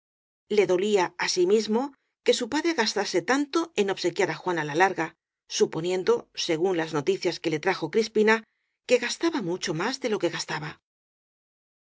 le dolía asimismo que su padre gastase tanto en ob sequiar á juana la larga suponiendo según las noticias que le trajo crispina que gastaba mucho más de lo que gastaba